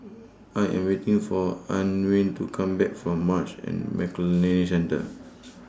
I Am waiting For Antwain to Come Back from Marsh and McLennan Centre